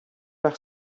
par